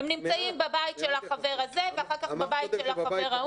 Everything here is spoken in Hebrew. הם נמצאים בבית של החבר הזה ואחר כך בבית של החבר ההוא.